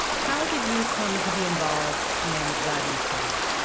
how did you come to be involved in rodney's case?